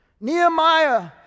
Nehemiah